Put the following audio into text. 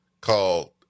called